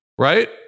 right